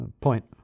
Point